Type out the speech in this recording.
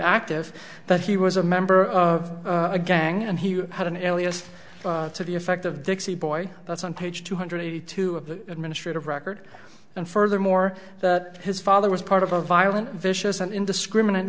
active that he was a member of a gang and he had an alias to the effect of dixie boy that's on page two hundred eighty two of the administrative record and furthermore that his father was part of a violent vicious and indiscriminate